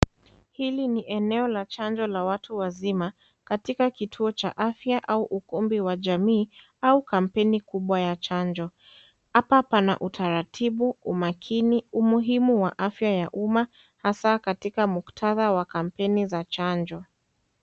Hili ni eneo la chanjo la watu wazima katika kituo cha afya au ukumbi wa jamii au kampeni kubwa ya chanjo, hapa pana utaratibu, umakini, umuhimu wa afya ya umma hasa katika muktadha wa kampeni za chanjo.